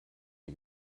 ihr